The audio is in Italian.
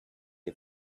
hai